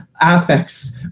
affects